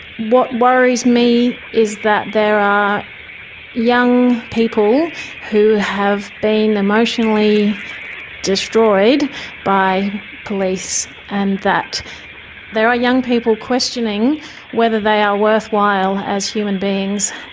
what worries me is that there are young people who have been emotionally destroyed by police and that there are young people questioning whether they are worthwhile as human beings.